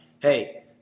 hey